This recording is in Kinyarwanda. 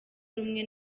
rumwe